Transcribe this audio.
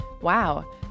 Wow